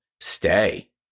Stay